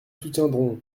soutiendrons